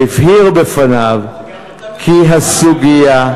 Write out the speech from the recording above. והבהיר בפניו כי הסוגיה,